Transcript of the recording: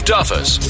Duffus